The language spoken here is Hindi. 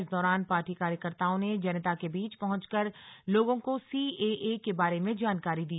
इस दौरान पार्टी कार्यकर्ताओं ने जनता के बीच पहुंचकर लोगों को सीएए के बारे में जानकारी दी